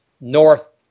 north